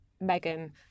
Megan